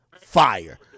fire